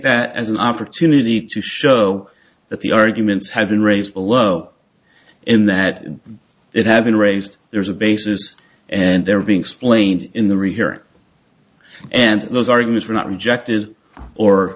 that as an opportunity to show that the arguments have been raised below and that it had been raised there's a basis and they're being explained in the rehearing and those arguments are not rejected or